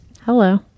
Hello